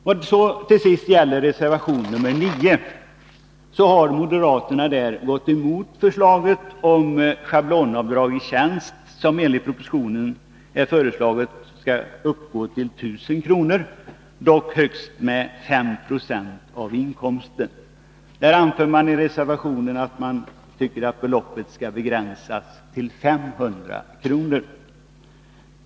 Vad så till sist gäller reservation nr 9, har moderaterna där gått emot förslaget om schablonavdrag i tjänst, som i propositionen föreslås uppgå till 1000 kr., dock högst 5 26 av inkomsten. I reservationen anförs att beloppet skall begränsas till 500 kr.